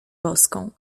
boską